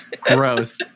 Gross